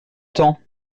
temps